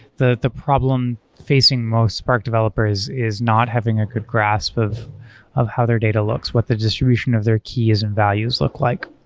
the the problem facing most spark developers is not having a good grasp of of how their data looks, what the distribution of their keys and values look like.